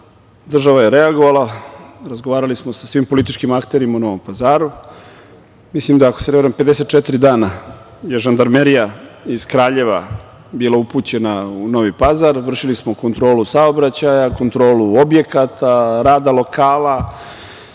država je reagovala, razgovarali smo sa svim političkim akterima u Novom Pazaru. Ako se ne varam, 54 dana je žandarmerija iz Kraljeva bila upućena u Novi Pazar, vršili smo kontrolu saobraćaja, kontrolu objekata, rada lokala,